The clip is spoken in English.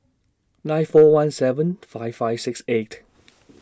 nine four one seven five five six eight